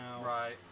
right